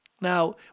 Now